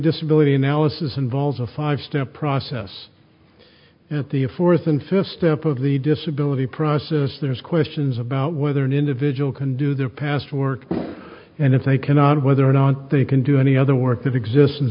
disability analysis involves a five step process at the fourth and fifth step of the disability process there's questions about whether an individual can do their past work and if they cannot whether or not they can do any other work that exists in